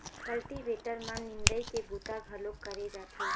cultivator म निंदई के बूता घलोक करे जाथे